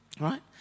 right